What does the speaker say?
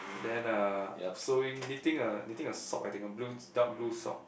then uh sewing knitting a knitting a sock I think a blue dark blue sock